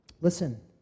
Listen